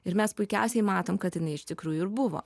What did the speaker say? ir mes puikiausiai matom kad jinai iš tikrųjų ir buvo